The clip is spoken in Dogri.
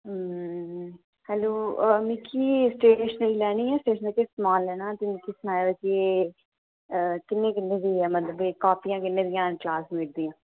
हैल्लो मिकी स्टेशनरी लैनी ऐ स्टेशनरी दा समान लैना ते मिकी सनाओ के किन्ने किन्ने दी ऐ मतलब कापियां किन्ने दि'यां न क्लासमेट दि'यां